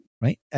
right